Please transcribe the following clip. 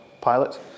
pilot